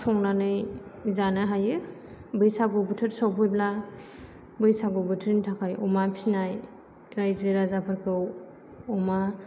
संनानै जानो हायो बैसागु बोथोर सफैब्ला बैसागु बोथोरनि थाखाय अमा फिनाय रायजो राजाफोरखौ अमा